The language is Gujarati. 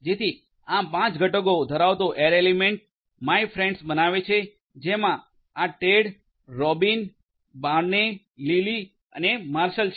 જેથી આ 5 ઘટકો ધરાવતો એરે એલિમેન્ટ માયફ્રેંડ્સ બનાવે છે જેમા આ ટેડ રોબિન બાર્ને લીલી અને માર્શલ છે